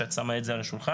שאת שמה את זה על השולחן,